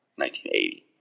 1980